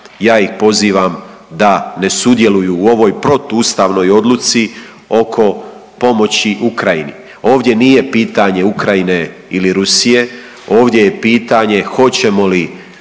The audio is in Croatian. ja ih pozivam da ne sudjeluju u ovoj protuustavnoj odluci oko pomoći Ukrajini. ovdje nije pitanje Ukrajine ili Rusije, ovdje je pitanje Hoćemo li